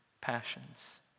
passions